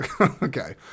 Okay